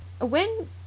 when